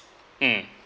mm